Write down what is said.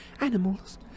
animals